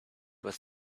was